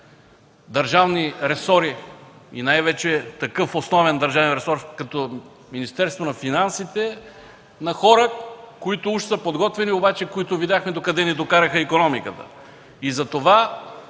държавни ресори и най-вече такъв основен държавен ресор, като Министерството на финансите, на хора, които уж са подготвени, но видяхме докъде докараха икономиката